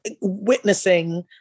witnessing